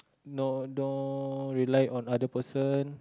no don't rely on other person